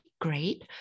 great